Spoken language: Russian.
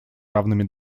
равными